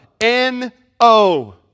N-O